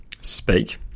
speak